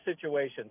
situation